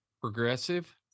progressive